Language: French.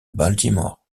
baltimore